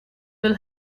will